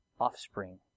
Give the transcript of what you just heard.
offspring